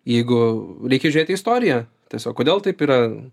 jeigu reikia žiūrėti į istoriją tiesiog kodėl taip yra